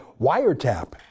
wiretap